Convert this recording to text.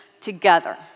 together